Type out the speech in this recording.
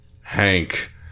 Hank